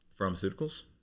pharmaceuticals